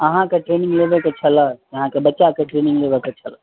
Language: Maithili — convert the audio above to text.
अहाँके ट्रेनिंग लेबयके छलए कि अहाँके बच्चाके ट्रेनिंग लेबयके छलए